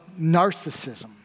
narcissism